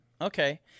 Okay